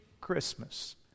Christmas